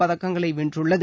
பதக்கங்களை வென்றுள்ளது